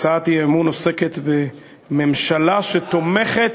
הצעת האי-אמון עוסקת בממשלה שתומכת,